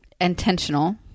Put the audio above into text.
intentional